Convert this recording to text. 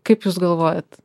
kaip jūs galvojat